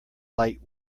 light